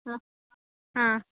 ಹಾಂ ಹಾಂ